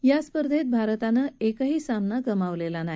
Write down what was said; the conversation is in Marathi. या स्पर्धेत भारतानं एकही सामना गमावलेला नाही